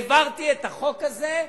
העברתי את החוק הזה,